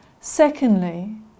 Secondly